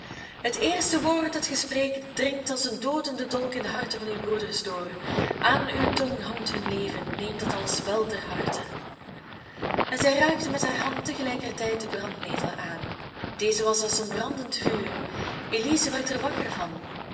het eerste woord dat ge spreekt dringt als een doodende dolk in de harten van uw broeders door aan uw tong hangt hun leven neem dat alles wel ter harte en zij raakte met haar hand tegelijkertijd de brandnetel aan deze was als een brandend vuur elize werd er wakker van